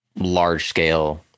large-scale